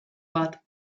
bat